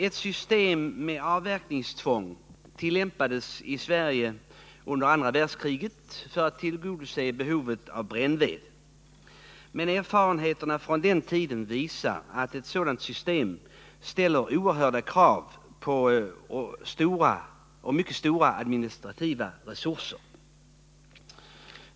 Ett system med avverkningstvång tillämpades i Sverige under andra världskriget för att tillgodose behovet av brännved. Erfarenheterna från den tiden visar att ett sådant system ställer mycket stora krav på administrativa resurser.